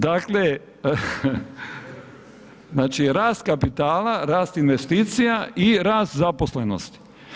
Dakle, znači rast kapitala, rast investicija i rast zaposlenosti.